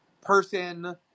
person